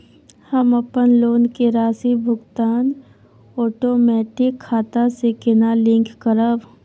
हम अपन लोन के राशि भुगतान ओटोमेटिक खाता से केना लिंक करब?